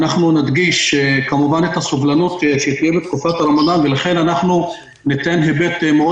נדגיש את הסובלנות שתהיה בתקופת הרמדאן ולכן אנחנו ניתן היבט מאוד